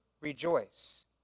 rejoice